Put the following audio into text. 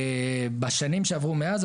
בשנים שעברו מאז,